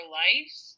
lives